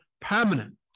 permanent